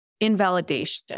invalidation